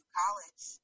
college